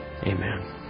Amen